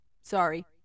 Sorry